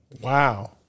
Wow